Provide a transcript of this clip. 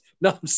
No